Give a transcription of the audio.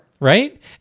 Right